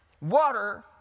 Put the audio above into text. Water